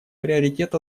приоритет